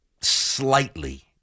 slightly